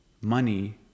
money